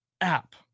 app